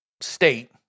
state –